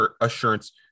assurance